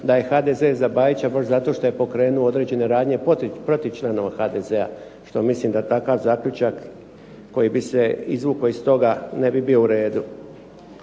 da je HDZ za Bajića baš zato što je pokrenuo određene radnje protiv članova HDZ-a što mislim da takav zaključak koji bi se izvukao iz toga ne bi bio u redu.